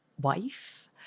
wife